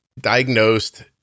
diagnosed